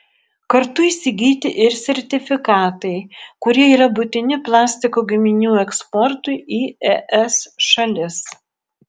kartu įsigyti ir sertifikatai kurie yra būtini plastiko gaminių eksportui į es šalis